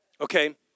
okay